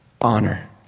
honor